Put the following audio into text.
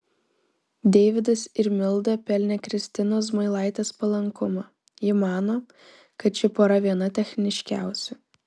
deividas ir milda pelnė kristinos zmailaitės palankumą ji mano kad ši pora viena techniškiausių